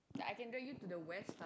yeah I can drag you to the west lah